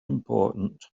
important